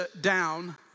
down